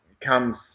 comes